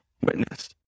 witness